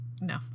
no